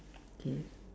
okay